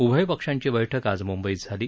उभय पक्षांची बैठक आज म्ंबईत झाली